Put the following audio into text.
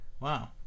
wow